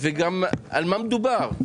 וגם על מה מדובר.